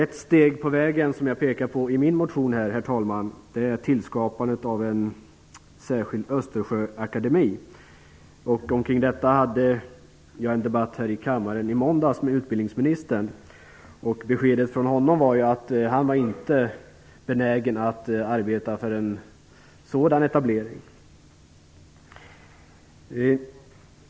Ett steg på vägen, som jag pekar på i min motion, är tillskapandet av en särskild östersjöakademi. Om detta hade jag en debatt här i kammaren i måndags med utbildningsministern. Beskedet från honom var att han inte var benägen att arbeta för en sådan etablering.